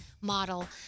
model